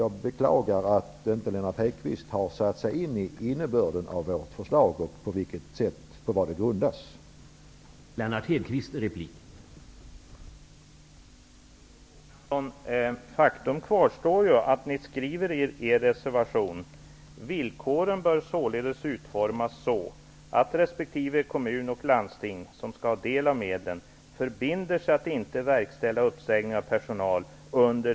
Jag beklagar att Lennart Hedquist inte har satt sig in i innebörden av vårt förslag och vad det grundas på.